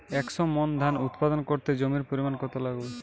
একশো মন ধান উৎপাদন করতে জমির পরিমাণ কত লাগবে?